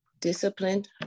disciplined